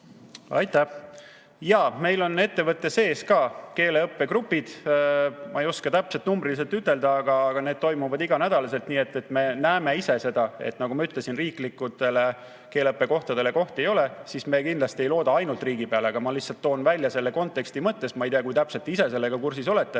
Aitäh! Jaa, meil on ettevõtte sees ka keeleõppe grupid. Ma ei oska täpselt numbriliselt ütelda. Aga need toimuvad igal nädalal. Me näeme ise seda, mis ma ütlesin, et riiklikele keeleõppekohtadele kohti ei ole. Me kindlasti ei looda ainult riigi peale, aga ma lihtsalt tõin selle välja konteksti mõttes. Ma ei tea, kui täpselt te ise sellega kursis olete,